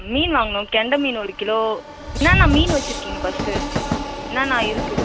மீன் வாங்கணும் கெண்டை மீன் ஒரு கிலோ என்னென்ன மீன் வச்சுருக்கீங்க ஃபஸ்ட்டு என்னென்ன இருக்குது